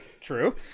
true